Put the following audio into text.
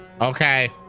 Okay